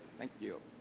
thank you.